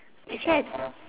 actually I